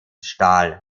stahl